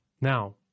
Now